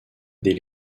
des